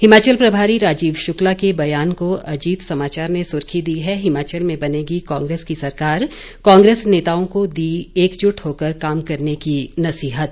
हिमाचल प्रभारी राजीव शुक्ला के बयान को अजीत समाचार ने सुर्खी दी है हिमाचल में बनेगी कांग्रेस की सरकार कांग्रेस नेताओं को दी एकजुट होकर काम करने की नसीहत